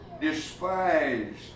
despised